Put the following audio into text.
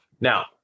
Now